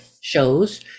shows